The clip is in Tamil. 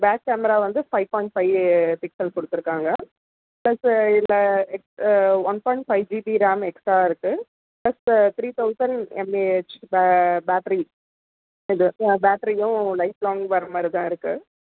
பேக் கேமரா வந்து ஃபை பாயிண்ட் ஃபை பிக்சல் கொடுத்துருக்காங்க ப்ளஸ்ஸு இதில் one point five GB RAM extra இருக்குது ப்ளஸ்ஸு த்ரி தௌசண்ட் எம்ஏஹெச் பே பேட்ரி அது பேட்டரியும் லைஃப் லாங் வரமாதிரி தான் இருக்குது